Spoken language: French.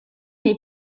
est